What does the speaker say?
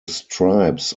stripes